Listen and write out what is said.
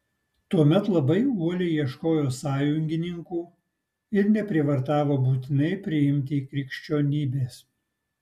tuomet labai uoliai ieškojo sąjungininkų ir neprievartavo būtinai priimti krikščionybės